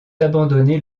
abandonner